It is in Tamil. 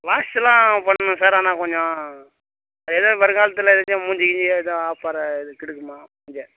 வாஷ்லாம் பண்ணணும் சார் ஆனால் கொஞ்சம் எதுவும் வருங்காலத்தில் எதாச்சும் மூஞ்சி கீஞ்சி எதுவும் ஆஃபர் இது கிடைக்குமா இங்கே